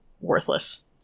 worthless